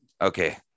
okay